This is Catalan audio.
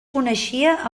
coneixia